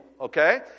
okay